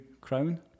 crown